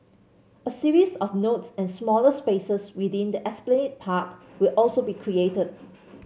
a series of nodes and smaller spaces within the Esplanade Park will also be created